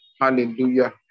Hallelujah